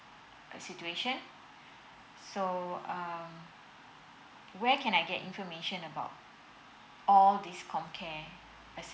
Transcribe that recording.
situation so um where can I get information about all this comcare